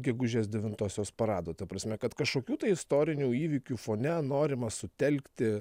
gegužės devintosios parado ta prasme kad kažkokių istorinių įvykių fone norima sutelkti